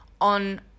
on